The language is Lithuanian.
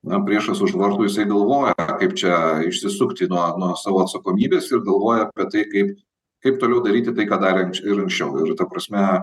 na priešas už vartų jisai galvoja kaip čia išsisukti nuo nuo savo atsakomybės ir galvoja apie tai kaip kaip toliau daryti tai ką darė anks ir anksčiau ir ta prasme